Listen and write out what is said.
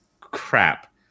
crap